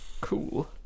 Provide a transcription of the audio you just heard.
cool